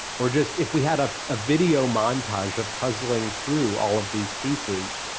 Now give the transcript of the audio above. or just if we had a ah video montage of puzzling through all of these pieces,